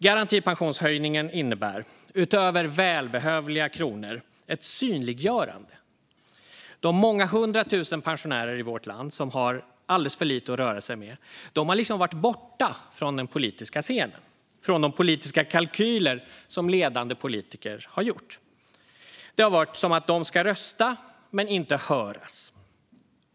Garantipensionshöjningen innebär, utöver välbehövliga kronor, ett synliggörande. De många hundra tusen pensionärer i vårt land som har alldeles för lite att röra sig med har liksom varit frånvarande från den politiska scenen och från de politiska kalkyler som ledande politiker har gjort. Det har varit som att de ska rösta men inte höras.